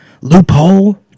loophole